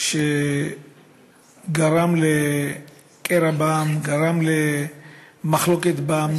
שגרם לקרע בעם, גרם למחלוקת בעם.